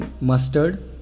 mustard